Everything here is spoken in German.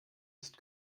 ist